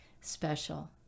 special